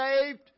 saved